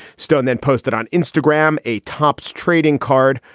stone then posted on instagram a topps trading card,